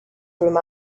through